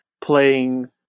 playing